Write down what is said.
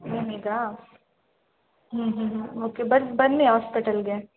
ನಿಮಗಾ ಹ್ಞೂ ಹ್ಞೂ ಹ್ಞೂ ಓಕೆ ಬಟ್ ಬನ್ನಿ ಹಾಸ್ಪೆಟಲ್ಗೆ